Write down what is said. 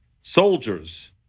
soldiers